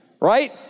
right